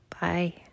Bye